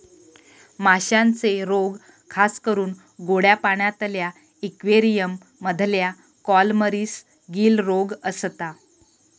माश्यांचे रोग खासकरून गोड्या पाण्यातल्या इक्वेरियम मधल्या कॉलमरीस, गील रोग असता